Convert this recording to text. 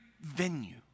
venue